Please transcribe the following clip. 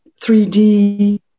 3D